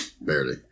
Barely